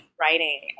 writing